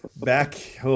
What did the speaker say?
back